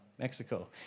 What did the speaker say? Mexico